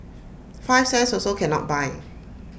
five cents also cannot buy